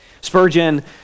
Spurgeon